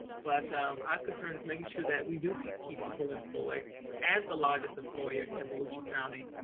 but i concern is making sure that we do peak, keep people employed as the largest employer in volusia county.